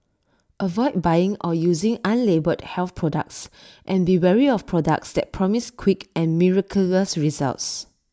avoid buying or using unlabelled health products and be wary of products that promise quick and miraculous results